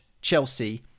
Chelsea